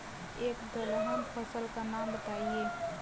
एक दलहन फसल का नाम बताइये